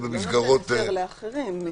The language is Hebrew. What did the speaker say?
זה לא נותן היתר לאחרים להתכנס.